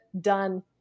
done